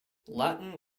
latin